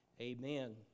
amen